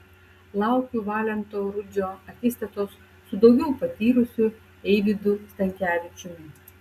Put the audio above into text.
laukiu valento rudžio akistatos su daugiau patyrusiu eivydu stankevičiumi